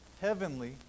heavenly